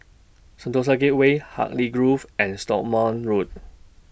Sentosa Gateway Hartley Grove and Stagmont Road